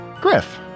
Griff